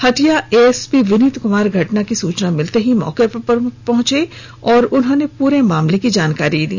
Hatia ASP Vineet Kumar घटना की सूचना मिलते ही मौके पर पहुंचे और पूरे मामले की जानकारी ली